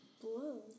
Blue